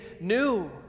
new